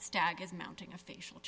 stack is mounting a facial